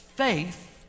Faith